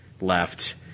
left